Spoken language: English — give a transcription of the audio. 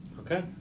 Okay